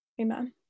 amen